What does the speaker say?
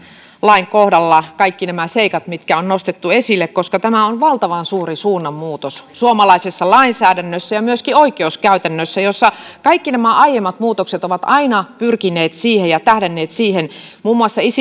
lain kohdalla kaikki nämä seikat mitkä on nostettu esille koska tämä on valtavan suuri suunnanmuutos suomalaisessa lainsäädännössä ja myöskin oikeuskäytännössä jossa kaikki nämä aiemmat muutokset ovat aina pyrkineet siihen ja tähdänneet siihen muun muassa